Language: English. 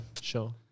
sure